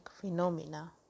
phenomena